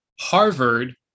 Harvard